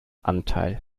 anteil